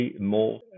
more